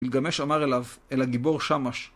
גלגמש אמר אליו, אל הגיבור שמש.